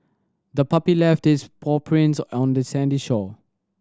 the puppy left its paw prints on the sandy shore